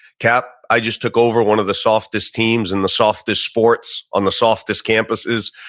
cap, i just took over one of the softest teams and the softest sports on the softest campuses.